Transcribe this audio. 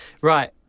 Right